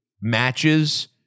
matches